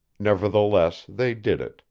nevertheless, they did it,